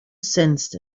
sensed